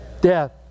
death